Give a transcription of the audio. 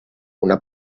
una